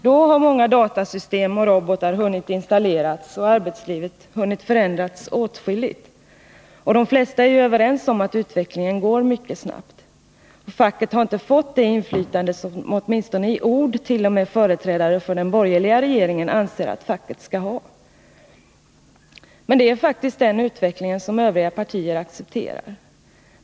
Då har många datasystem och robotar hunnit installeras och arbetslivet hunnit förändras åtskilligt. De flesta är ju överens om att utvecklingen går mycket snabbt, och facket har inte fått det inflytande som åtminstone i ord t.o.m. företrädare för den borgerliga regeringen anser att facket skall ha. Men det är faktiskt denna utveckling övriga partier accepterar.